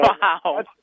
Wow